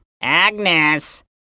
Agnes